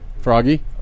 Froggy